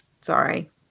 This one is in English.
Sorry